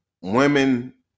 women